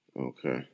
Okay